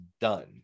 done